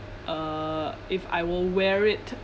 uh if I will wear it